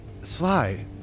Sly